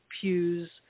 pews